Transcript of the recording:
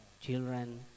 children